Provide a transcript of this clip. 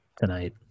tonight